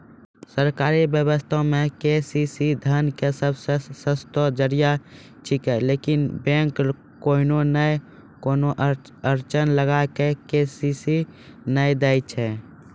सरकारी व्यवस्था मे के.सी.सी धन के सबसे सस्तो जरिया छिकैय लेकिन बैंक कोनो नैय कोनो अड़चन लगा के के.सी.सी नैय दैय छैय?